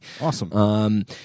Awesome